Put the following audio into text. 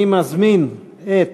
אני מזמין את